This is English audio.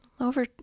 over